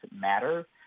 matter